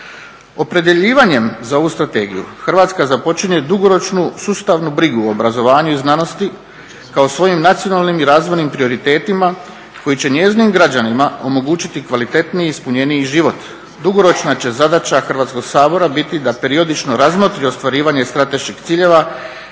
Opredjeljivanjem za ovu strategiju Hrvatska započinje dugoročnu sustavnu brigu o obrazovanju i znanosti kao svojim nacionalnim i razvojnim prioritetima koji će njezinim građanima omogućiti kvalitetniji i ispunjeniji život. Dugoročna će zadaća Hrvatskog sabora biti da periodično razmotri ostvarivanje strateških ciljeva